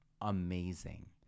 amazing